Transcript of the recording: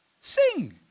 sing